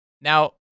Now